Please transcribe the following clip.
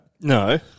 No